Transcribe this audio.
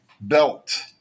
belt